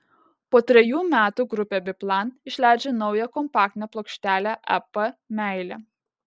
po trejų metų grupė biplan išleidžia naują kompaktinę plokštelę ep meilė